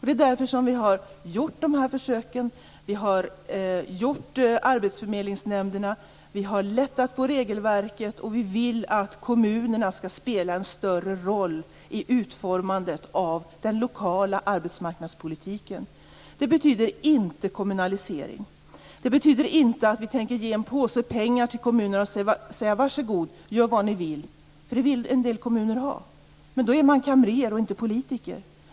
Det är därför som vi har genomfört dessa försök, inrättat arbetsförmedlingsnämnderna och lättat på regelverket. Vi vill att kommunerna skall spela en större roll i utformandet av den lokala arbetsmarknadspolitiken. Det betyder inte kommunalisering. Det betyder inte att vi tänker ge en påse pengar till kommunerna och säga: Varsågod, gör vad ni vill med pengarna. Så vill en del kommuner ha det. Men då är man kamrer och inte politiker.